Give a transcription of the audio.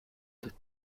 the